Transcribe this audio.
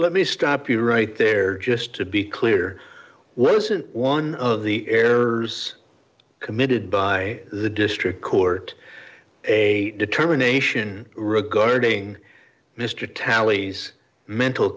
let me stop you right there just to be clear what isn't one of the errors committed by the district court a determination regarding mr talley's mental